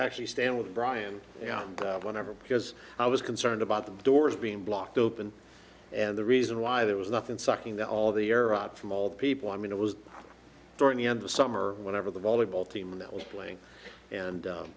actually stand with brian whenever because i was concerned about the doors being blocked open and the reason why there was nothing sucking that all the air out from all the people i mean it was during the end the summer whenever the volleyball team that was playing and